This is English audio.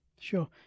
Sure